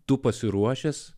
tu pasiruošęs